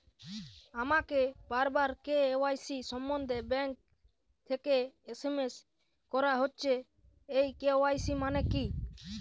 আমাকে বারবার কে.ওয়াই.সি সম্বন্ধে ব্যাংক থেকে এস.এম.এস করা হচ্ছে এই কে.ওয়াই.সি মানে কী?